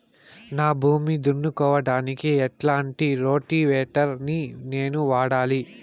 నా భూమి దున్నుకోవడానికి ఎట్లాంటి రోటివేటర్ ని నేను వాడాలి?